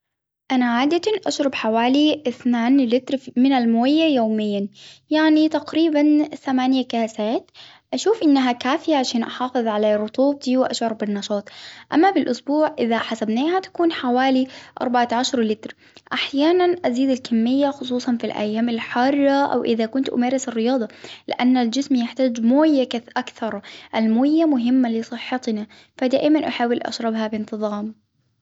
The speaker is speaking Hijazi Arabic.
أنا عادة أشرب حوالي اثنان لتر من الموية يوميا، يعني تقريبا ثمانية كاسات، أشوف إنها كافية عشان أحافظ على رطوبتي وأشعر بالنشاط. أما بلإسبوع إذا حسبناها تكون حوالي أربعة عشر لتر، أحيانا أزيد الكمية خصوصا في الأيام الحارة أو إذا كنت أمارس الرياضة، لإن الجسم يحتاج إلي موية أكثر، الموية مهمة لصحتنا، فدائما أحاول أشربها بإنتظام.